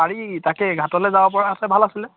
পাৰি তাকে ঘাটলৈ যাব পৰা হ'লে ভাল আছিলে